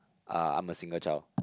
uh I'm a single child